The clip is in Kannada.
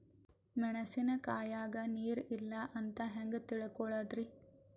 ಮೆಣಸಿನಕಾಯಗ ನೀರ್ ಇಲ್ಲ ಅಂತ ಹೆಂಗ್ ತಿಳಕೋಳದರಿ?